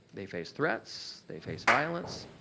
they faced threats. they faced violence.